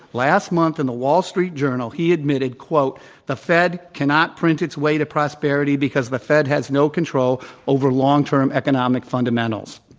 last month in the wall street journal, he admitted, the fed cannot print its way to prosperity because the fed has no control over l ong-term economic fundamentals.